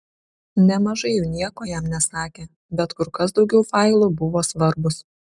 nemažai jų nieko jam nesakė bet kur kas daugiau failų buvo svarbūs